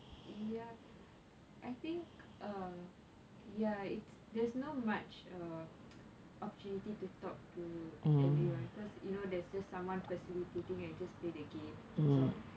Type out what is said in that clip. ya I think err ya it's there's not much err opportunity to talk to everyone because you know there's just someone facilitating and just play the games that's all